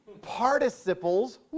participles